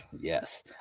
Yes